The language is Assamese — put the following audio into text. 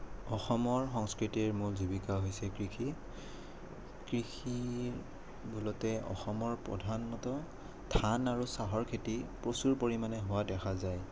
অসমৰ সংস্কৃতিৰ মূল জীৱিকা হৈছে কৃষি কৃষি মূলতে অসমৰ প্ৰধানতঃ ধান আৰু চাহৰ খেতি প্ৰচুৰ পৰিমাণে হোৱা দেখা যায়